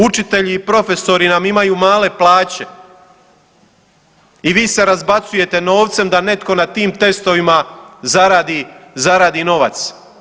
Učitelji i profesori nam imaju male plaće i vi se razbacujete novcem da netko na tim testovima zaradi, zaradi novac.